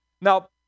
Now